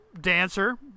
Dancer